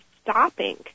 stopping